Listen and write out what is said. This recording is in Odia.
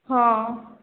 ହଁ